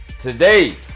Today